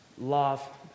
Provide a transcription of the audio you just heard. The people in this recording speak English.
love